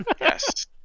Yes